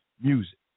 music